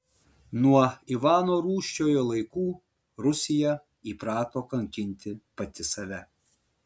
nuo ivano rūsčiojo laikų rusija įprato kankinti pati save